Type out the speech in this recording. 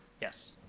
yes.